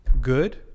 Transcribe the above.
good